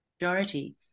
majority